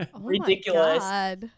Ridiculous